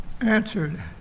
answered